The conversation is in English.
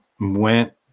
went